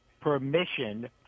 permission